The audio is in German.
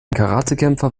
karatekämpfer